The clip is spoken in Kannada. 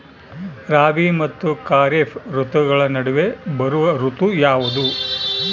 ರಾಬಿ ಮತ್ತು ಖಾರೇಫ್ ಋತುಗಳ ನಡುವೆ ಬರುವ ಋತು ಯಾವುದು?